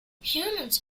humans